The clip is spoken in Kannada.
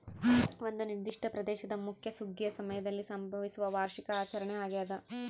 ಒಂದು ನಿರ್ದಿಷ್ಟ ಪ್ರದೇಶದ ಮುಖ್ಯ ಸುಗ್ಗಿಯ ಸಮಯದಲ್ಲಿ ಸಂಭವಿಸುವ ವಾರ್ಷಿಕ ಆಚರಣೆ ಆಗ್ಯಾದ